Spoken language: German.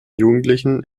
jugendlichen